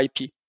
IP